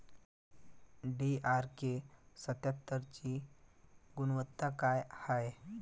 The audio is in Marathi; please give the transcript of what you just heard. डी.आर.के सत्यात्तरची गुनवत्ता काय हाय?